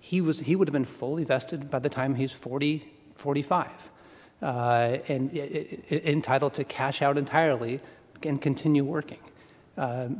he was he would have been fully vested by the time he's forty forty five entitled to cash out entirely and continue working